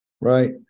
Right